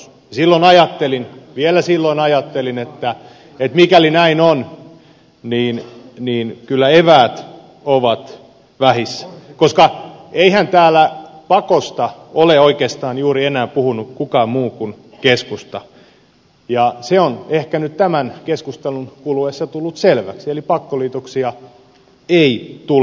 ja silloin ajattelin vielä silloin ajattelin että mikäli näin on niin kyllä eväät ovat vähissä koska eihän täällä pakosta ole enää puhunut oikeastaan juuri kukaan muu kuin keskusta ja se on ehkä nyt tämän keskustelun kuluessa tullut selväksi eli pakkoliitoksia ei tule